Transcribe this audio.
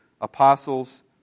Apostles